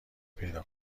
پیدا